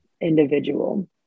individual